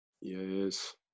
Yes